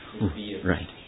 right